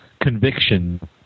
conviction